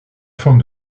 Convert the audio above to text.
forme